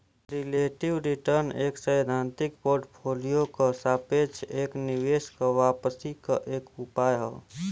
relative return एक सैद्धांतिक portfolio क सापेक्ष एक निवेश क वापसी क एक उपाय हौ